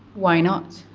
why not?